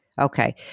Okay